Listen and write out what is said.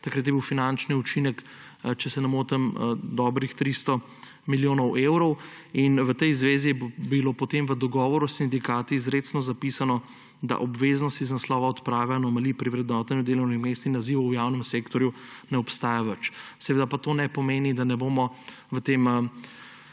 Takrat je bil finančni učinek, če se ne motim, dobrih 300 milijonov evrov. V tej zvezi je bilo potem v dogovoru s sindikati izrecno napisano, da obveznost iz naslova odprave anomalij pri vrednotenju delovnih mest in nazivov v javnem sektorju ne obstaja več. Seveda pa to ne pomeni, da ne bomo v tem